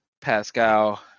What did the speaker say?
Pascal